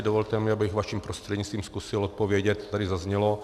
Dovolte mi, abych vaším prostřednictvím zkusil odpovědět na to, co tady zaznělo.